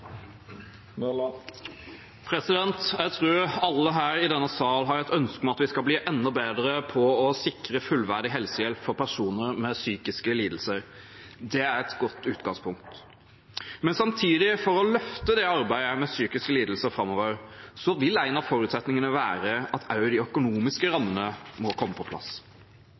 Jeg tror alle i denne salen har et ønske om at vi skal bli enda bedre til å sikre fullverdig helsehjelp til personer med psykiske lidelser. Det er et godt utgangspunkt. Men samtidig – for å løfte arbeidet med psykiske lidelser framover – vil en av forutsetningene være at også de økonomiske rammene må komme på plass.